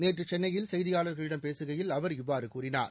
நேற்று சென்னையில் செய்தியாளர்களிடம் பேசுகையில் அவர் இவ்வாறு கூறினார்